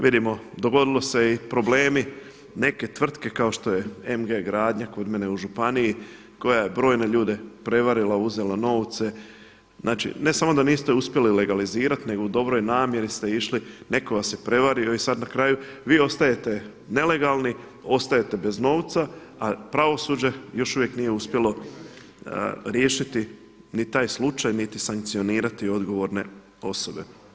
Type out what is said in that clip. Vidimo, dogodili su se i problemi, neke tvrtke kao što je MG Gradnja kod mene u županiji koja je brojne ljude prevarila, uzela novce, znači ne samo da niste uspjeli legalizirati nego u dobroj namjeri ste išli, netko vas je prevario i sad na kraju vi ostajete nelegalni, ostajete bez novca a pravosuđe još uvijek nije uspjelo riješiti ni taj slučaj niti sankcionirati odgovorne osobe.